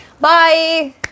Bye